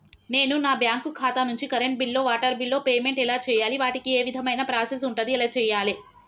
నేను నా బ్యాంకు ఖాతా నుంచి కరెంట్ బిల్లో వాటర్ బిల్లో పేమెంట్ ఎలా చేయాలి? వాటికి ఏ విధమైన ప్రాసెస్ ఉంటది? ఎలా చేయాలే?